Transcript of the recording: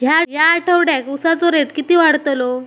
या आठवड्याक उसाचो रेट किती वाढतलो?